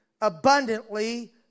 abundantly